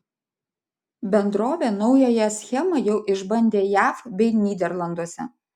bendrovė naująją schema jau išbandė jav bei nyderlanduose